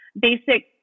basic